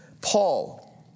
Paul